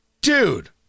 Dude